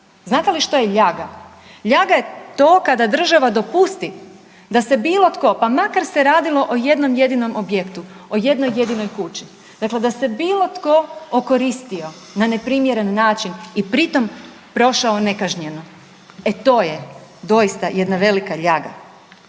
Znate li što je ljaga? Ljaga je to kada država dopusti da se bilo tko pa makar se radilo o jednom jedinom objektu, o jednoj jedinoj kući dakle da se bilo tko okoristio na neprimjeren način i pritom prošao nekažnjeno e to je doista jedna velika ljaga.